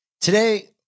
Today